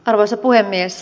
arvoisa puhemies